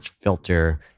filter